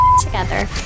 together